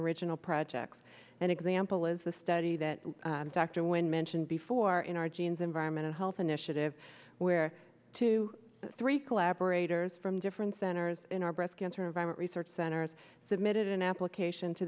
original projects an example is the study that dr when mentioned before in our genes environmental health initiative where two three collaborators from different centers in our breast cancer survival research centers submitted an application to